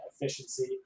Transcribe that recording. efficiency